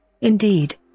Indeed